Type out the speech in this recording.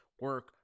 Work